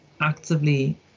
actively